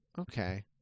Okay